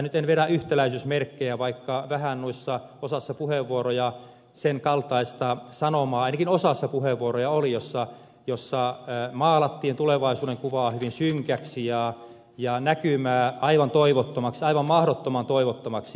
tässä en nyt vedä yhtäläisyysmerkkejä vaikka vähän muissa osassa puheenvuoroja senkaltaistaan sanoma ainakin osassa noita puheenvuoroja oli vähän sen kaltaista sanomaa jossa maalattiin tulevaisuudenkuvaa hyvin synkäksi ja näkymää aivan toivottomaksi aivan mahdottoman toivottomaksi